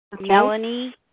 Melanie